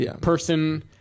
person